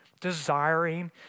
desiring